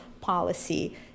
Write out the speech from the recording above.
policy